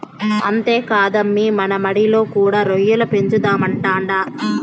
అంతేకాదమ్మీ మన మడిలో కూడా రొయ్యల పెంచుదామంటాండా